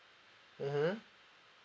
mmhmm